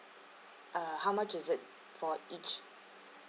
uh how much is it for each